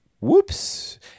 Whoops